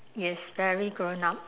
yes very grown up